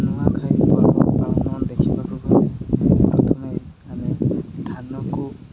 ନୂଆଖାଇ ପର୍ବ ପାଳନ ଦେଖିବାକୁ ଗଲେ ପ୍ରଥମେ ଆମେ ଧାନକୁ